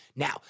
Now